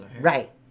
Right